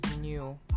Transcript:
new